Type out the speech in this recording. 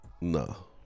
No